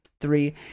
three